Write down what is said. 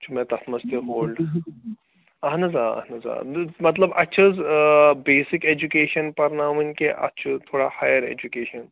چھُ مےٚ تَتھ منٛز تہِ ہولڈٕ اَہَن حظ آ اَہَن حظ آ مطلب اَتھ چھِ حظ بیسِک اٮ۪جوٗکیشَن پَرناوٕنۍ کہِ اَتھ چھُ تھوڑا ہایَر اٮ۪جوٗکیشَن